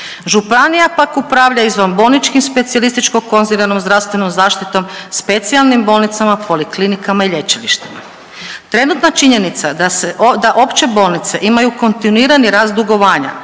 županija pak upravlja izvanbolničkim specijalističko konzilijarnom zdravstvenom zaštitom, specijalnim bolnicama, poliklinikama i lječilištima. Trenutna činjenica da se, da opće bolnice imaju kontinuirani rast dugovanja,